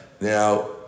now